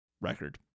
record